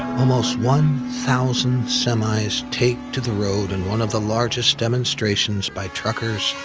almost one thousand semis take to the road in one of the largest demonstrations by truckers,